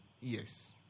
Yes